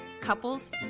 couples